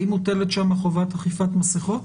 האם מוטלת שם חובת עטיית מסכות?